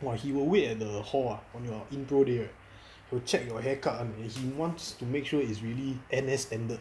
!wah! he will wait at the hall ah during in pro day right he will check your hair cut he wants to make sure it's really N_S standard